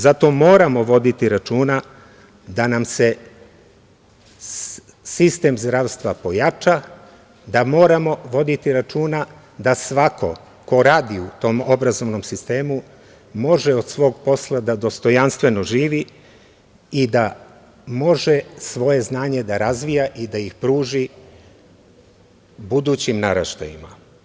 Zato moramo voditi računa da nam se sistem zdravstva pojača, da moramo voditi računa da svako ko radi u tom obrazovnom sistemu može od svog posla da dostojanstveno živi i da može svoje znanje da razvija i da ih pruži budućim naraštajima.